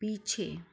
पीछे